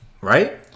Right